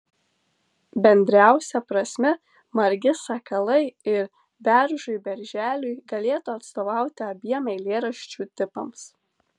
bendriausia prasme margi sakalai ir beržui berželiui galėtų atstovauti abiem eilėraščių tipams